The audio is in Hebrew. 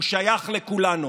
הוא שייך לכולנו.